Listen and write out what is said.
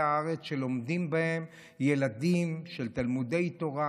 הארץ שלומדים בהם ילדים של תלמודי תורה,